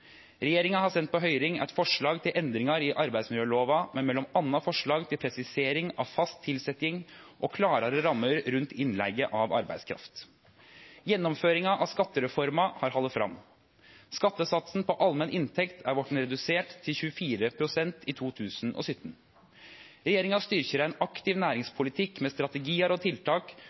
Regjeringa har sendt på høyring eit forslag til endringar i arbeidsmiljølova med m.a. forslag til presisering av fast tilsetjing og klarare rammer rundt innleige av arbeidskraft. Gjennomføringa av skattereforma har halde fram. Skattesatsen på allmenn inntekt er vorten redusert til 24 pst. i 2017. Regjeringa styrkjer ein aktiv næringspolitikk med strategiar og tiltak